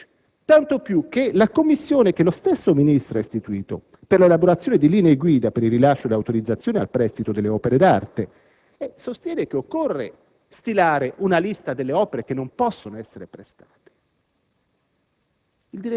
è la legge. Tanto più che la commissione che lo stesso Ministro ha istituito per l'elaborazione di linee guida per il rilascio delle autorizzazioni al prestito delle opere d'arte sostiene che occorre stilare una lista delle opere che non possono essere prestate.